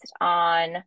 on